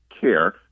care